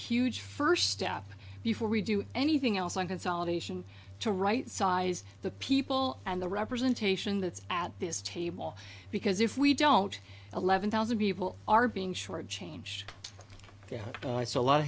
huge first step before we do anything else on consolidation to rightsize the people and the representation that's at this table because if we don't eleven thousand people are being shortchanged there i saw a lot of